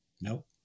Nope